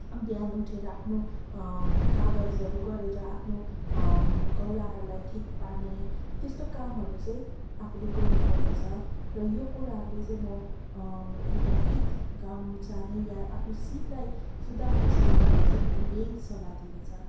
बिहान उठेर आफ्नो गागल्जहरू गरेर आफ्नो गलाहरूलाई ठिक पार्ने त्यस्तो कामहरू चाहिँ आफूले गर्नु पर्दछ र यो कुराहरूले चाहिँ म एउटा गीत गाउनु चाहने या आफ्नो सिपलाई सुधार्नु चाहनेहरूलाई चाहिँ म यही सल्लाह दिन चान्